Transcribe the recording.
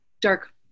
Dark